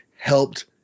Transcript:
helped